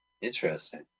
Interesting